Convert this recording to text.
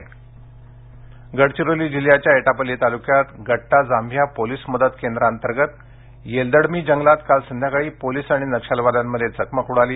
नक्षलवादी गडचिरोली गडचिरोली जिल्ह्याच्या एटापल्ली तालुक्यातील गट्टा जांभिया पोलिस मदत केंद्रांतर्गत येलदडमी जंगलात काल संध्याकाळी पोलिस आणि नक्षलवाद्यांमध्ये चकमक उडाली